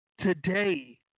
today